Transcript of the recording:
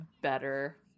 better